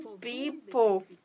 people